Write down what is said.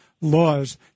laws